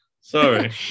sorry